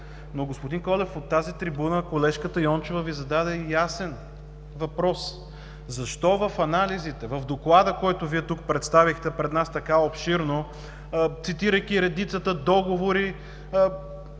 Господин Колев, от тази трибуна колежката Йончева Ви зададе ясен въпрос: защо в анализите, в доклада, който Вие представихте пред нас така обширно, цитирайки редицата договори,